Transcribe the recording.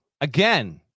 Again